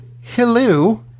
Hello